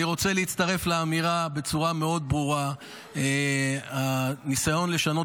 אני רוצה להצטרף לאמירה בצורה מאוד ברורה: הניסיון לשנות